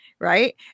right